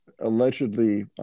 allegedly